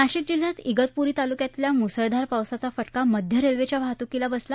नाशिक जिल्ह्यात वितपुरी तालुक्यातील मुसळधार पावसाचा फक्रिा मध्य रेल्वेच्या वाहतुकीलाही बसला